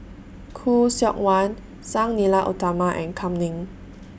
Khoo Seok Wan Sang Nila Utama and Kam Ning